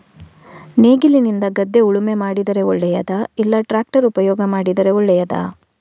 ನೇಗಿಲಿನಿಂದ ಗದ್ದೆ ಉಳುಮೆ ಮಾಡಿದರೆ ಒಳ್ಳೆಯದಾ ಇಲ್ಲ ಟ್ರ್ಯಾಕ್ಟರ್ ಉಪಯೋಗ ಮಾಡಿದರೆ ಒಳ್ಳೆಯದಾ?